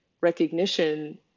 recognition